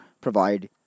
provide